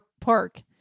Park